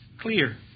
clear